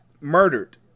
murdered